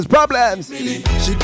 Problems